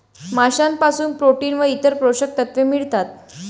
माशांपासून प्रोटीन व इतर पोषक तत्वे मिळतात